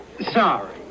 Sorry